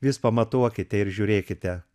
vis pamatuokite ir žiūrėkite